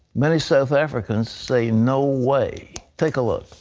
many south africans say no way. take a look.